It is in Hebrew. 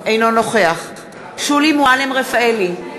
אינו נוכח שולי מועלם-רפאלי,